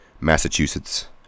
Massachusetts